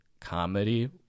comedy